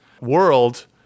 world